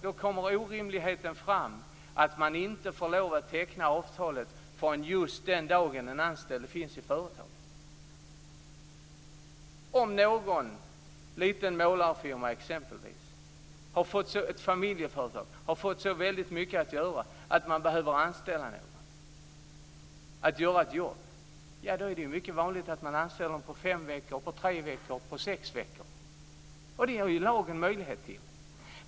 Då kommer orimligheten i att man inte får lov att teckna avtalet från just den dag den anställde finns i företaget fram. Om någon liten målarfirma exempelvis, ett familjeföretag, har fått så väldigt mycket att göra att man behöver anställa någon för att göra ett jobb är det mycket vanligt att man anställer på fem veckor, tre veckor eller på sex veckor. Det ger lagen möjlighet till.